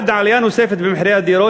1. עלייה נוספת במחירי הדירות,